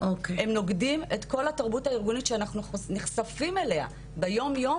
הם נוגדים את כל התרבות הארגונית שאנחנו נחשפים אליה ביום יום